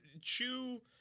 Chew